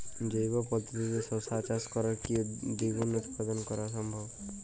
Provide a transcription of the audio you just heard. জৈব পদ্ধতিতে শশা চাষ করে কি দ্বিগুণ উৎপাদন করা সম্ভব?